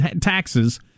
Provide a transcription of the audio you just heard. taxes